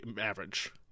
average